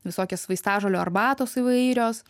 visokios vaistažolių arbatos įvairios